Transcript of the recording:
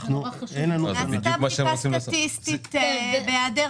נעשתה בדיקה סטטיסטית בהיעדר